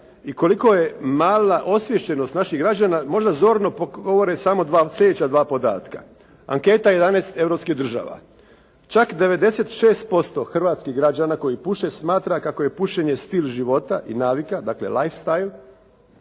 i koliko je mala osviještenost naših građana možda zorno govore samo dva, slijedeća dva podatka. Anketa 11 europskih država. Čak 96% hrvatskih građana koji puše smatra kako je pušenje stil života i navika. Dakle, life stile,